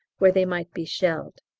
where they might be shelled.